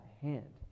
hand